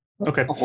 Okay